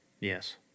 Yes